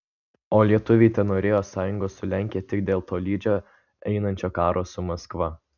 o lietuviai tenorėjo sąjungos su lenkija tik dėl tolydžio einančio karo su maskva